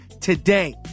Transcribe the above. today